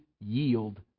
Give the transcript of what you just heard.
yield